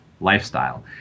lifestyle